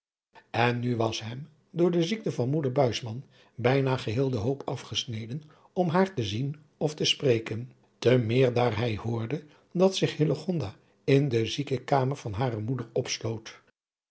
en nu was hem door de ziekte van moeder buisman bijna geheel de hoop afgesneden om haar te zien of te spreken te meer daar hij hoorde dat zich hillegonda in de ziekekamer van hare moeder